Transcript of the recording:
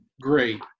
great